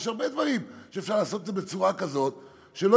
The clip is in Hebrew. יש הרבה דברים שאפשר לעשות בצורה כזאת שלא